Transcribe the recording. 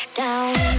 down